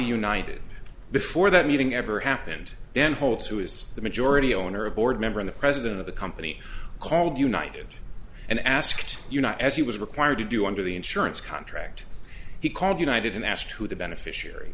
united before that meeting ever happened then holtz who is the majority owner a board member the president of a company called united and asked you not as he was required to do under the insurance contract he called united and asked who the beneficiary